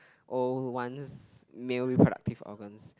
old ones male reproductive organs